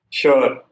sure